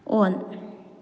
on